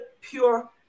pure